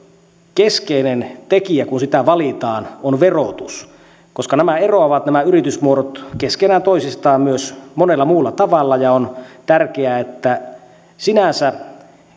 keskeinen tekijä kun sitä valitaan on verotus koska nämä yritysmuodot eroavat keskenään toisistaan myös monella muulla tavalla ja on tärkeää että sinänsä